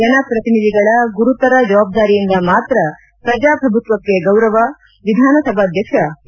ಜನಪ್ರತಿನಿಧಿಗಳ ಗುರುತರ ಜವಾಬ್ದಾರಿಯಿಂದ ಮಾತ್ರ ಪ್ರಜಾಪ್ರಭುತ್ವಕ್ಷೆ ಗೌರವ ವಿಧಾನಸಭಾಧ್ಯಕ್ಷ ಕೆ